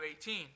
18